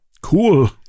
Cool